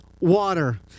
water